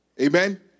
Amen